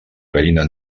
gallina